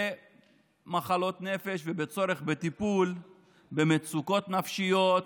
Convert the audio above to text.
במחלות נפש ובצורך בטיפול במצוקות נפשיות